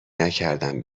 نکردم